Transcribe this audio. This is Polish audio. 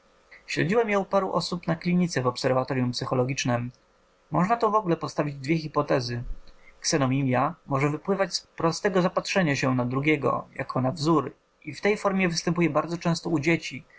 je u paru osób na klinice w obserwatoryum psychologicznem można tu wogóle postawić dwie hipotezy ksenomimia może wypływać z prostego zapatrzenia się na drugiego jako na wzór i w tej formie występuje bardzo często u dzieci